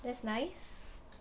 that's nice